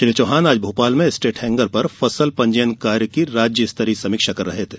श्री चौहान आज भोपाल में state hangar पर फसल पंजीयन कार्य की राज्य स्तरीय समीक्षा कर रहे थे